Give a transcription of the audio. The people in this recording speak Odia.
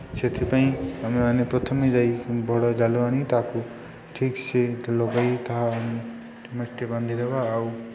ସେଥିପାଇଁ ଆମେମାନେ ପ୍ରଥମେ ଯାଇ ବଡ଼ ଜାଲ ଆଣି ତାହାକୁ ଠିକ୍ସେ ଲଗାଇ ତାହା ବାନ୍ଧିଦେବା ଆଉ